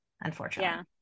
unfortunately